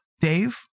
Dave